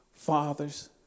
Fathers